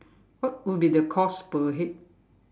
what would be the cost per head